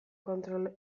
kontrol